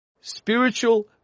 spiritual